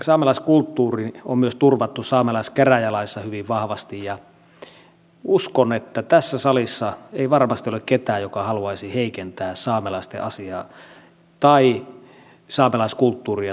saamelaiskulttuuri on myös turvattu saamelaiskäräjälaissa hyvin vahvasti ja uskon että tässä salissa ei varmasti ole ketään joka haluaisi heikentää saamelaisten asiaa tai saamelaiskulttuuria suomessa